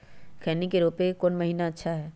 खैनी के रोप के कौन महीना अच्छा है?